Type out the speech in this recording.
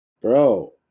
Bro